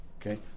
Okay